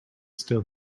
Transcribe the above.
still